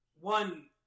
one